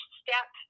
step